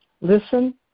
listen